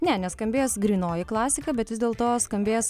ne neskambės grynoji klasika bet vis dėl to skambės